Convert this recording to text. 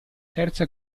terza